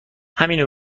همینو